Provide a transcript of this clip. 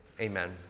Amen